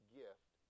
gift